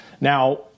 Now